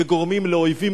וגורמים לאויבים,